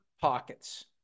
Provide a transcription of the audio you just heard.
pockets